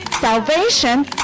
salvation